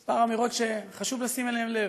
כמה אמירות שחשוב לשים אליהן לב.